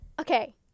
okay